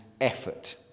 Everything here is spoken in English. effort